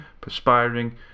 perspiring